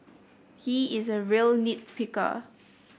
he is a real nit picker